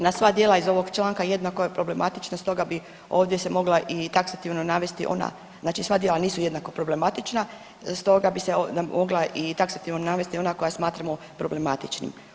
Na sva djela iz ovog članka jednako je problematično stoga bi ovdje se mogla i taksativno navesti ona, znači sva djela nisu jednako problematična, stoga bi se mogla i taksativno navesti i ona koja smatramo problematičnim.